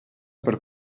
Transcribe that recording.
per